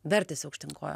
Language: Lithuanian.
vertėsi aukštyn kojom